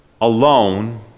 alone